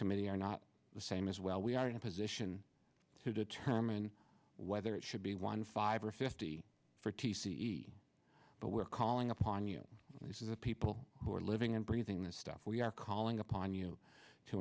committee are not the same as well we are in a position to determine whether it should be one five or fifty for t c e but we're calling upon you this is a people who are living and breathing this stuff we are calling upon you to